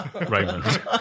Raymond